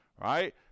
right